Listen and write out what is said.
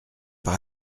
par